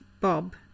Bob